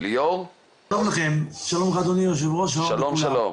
שלום אדוני היושב-ראש, שלום לכולם.